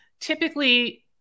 Typically